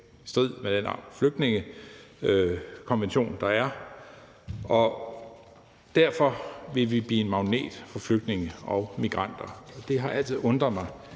strid med den flygtningekonvention, der er, og derfor vil vi blive en magnet for flygtninge og migranter. Det har altid undret mig,